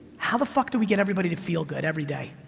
how the fuck do we get everybody to feel good every day,